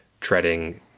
treading